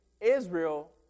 Israel